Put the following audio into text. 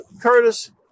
Curtis